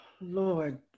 Lord